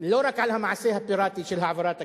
לא רק על המעשה הפיראטי של העברת הכספים,